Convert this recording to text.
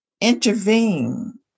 intervene